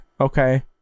okay